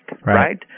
right